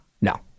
No